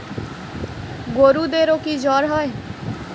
গরুদেরও কি জ্বর হয়?